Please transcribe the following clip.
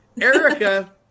Erica